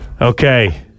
Okay